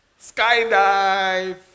skydive